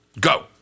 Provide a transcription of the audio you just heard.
Go